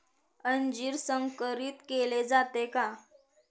अंजीर संकरित केले जाते का?